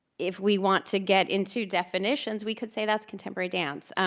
if we want to get into definitions, we could say that's contemporary dance.